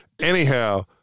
Anyhow